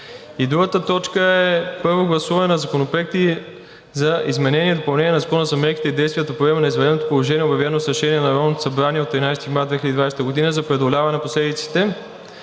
И другата точка е: първо гласуване на Законопроект за изменение и допълнение на Закона за мерките и действията по време на извънредното положение, обявено с решение на Народното събрание от 13 март 2020 г., за преодоляване на последиците,